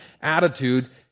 attitude